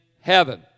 heaven